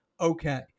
okay